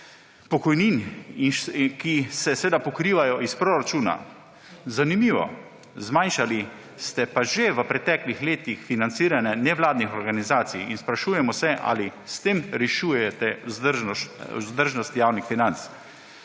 pokojnin, ki se seveda pokrivajo iz proračuna? Zanimivo. Zmanjšali ste pa že v preteklih letih financiranje nevladnih organizacij in sprašujemo se, ali s tem rešujete vzdržnost javnih financ.